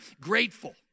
grateful